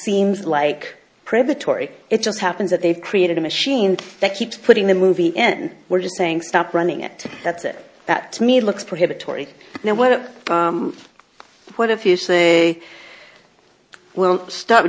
seems like predatory it just happens that they've created a machine that keeps putting the movie n we're just saying stop running it that's it that to me looks prohibitory now what what if you say well st